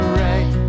right